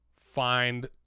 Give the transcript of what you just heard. find